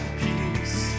peace